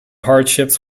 hardships